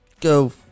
Go